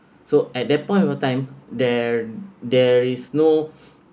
so at that point of time there and there is no